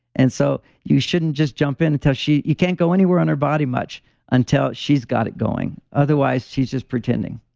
and so, you shouldn't just jump in until she. you can't go anywhere on her body much until she's got it going. otherwise, she's just pretending.